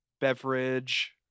beverage